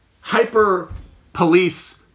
hyper-police